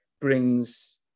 brings